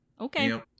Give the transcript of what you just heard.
Okay